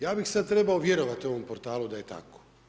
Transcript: Ja bih sad trebao vjerovati ovom portalu da je tako.